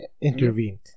intervened